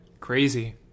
Crazy